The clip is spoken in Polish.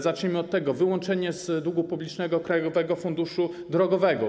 Zacznijmy od tego: wyłączenie z długu publicznego Krajowego Funduszu Drogowego.